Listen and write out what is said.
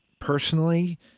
personally